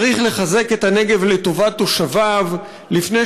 צריך לחזק את הנגב לטובת תושביו לפני